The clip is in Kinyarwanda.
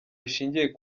rushingiye